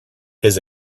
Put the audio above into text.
his